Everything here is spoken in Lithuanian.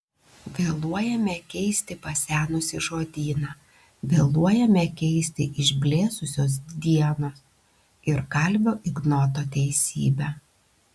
vėluojame keisti pasenusį žodyną vėluojame keisti išblėsusios dienos ir kalvio ignoto teisybę